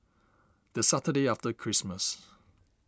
the Saturday after Christmas